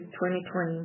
2020